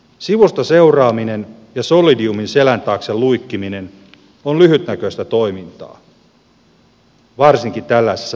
sivusta seuraaminen ja solidiumin selän taakse luikkiminen on lyhytnäköistä toimintaa varsinkin tällaisessa taloustilanteessa